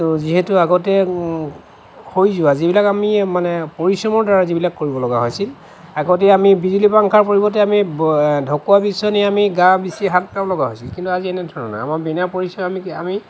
যিহেতু আগতে হৈ যোৱা যিবিলাক আমি মানে পৰিশ্ৰমৰ দ্বাৰা যিবিলাক কৰিব লগা হৈছিল আগতে আমি বিজুলী পাংখাৰ পৰিবৰ্তে আমি ঢকুৱাৰ বিচনী আমি গা বিচি শাত হৈছিল কিন্তু আজিকালি এনেধৰণৰ আমি বিনা পৰিশ্ৰমে আমি আমি